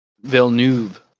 Villeneuve